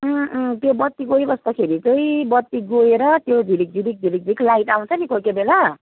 त्यो बत्ती गइबस्दाखेरि चाहिँ बत्ती गएर त्यो झिलिक झिलिक झिलिक झिलिक लाइट आउँछ नि कोही कोही बेला